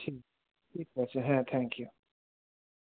ঠিক ঠিক আছে হ্যাঁ থ্যাঙ্ক ইউ